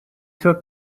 took